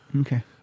okay